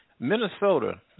Minnesota